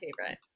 favorite